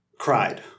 cried